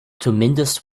zumindest